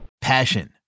Passion